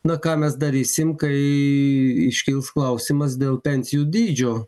na ką mes darysim kai iškils klausimas dėl pensijų dydžio